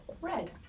red